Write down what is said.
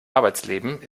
arbeitsleben